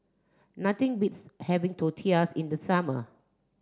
nothing beats having Tortillas in the summer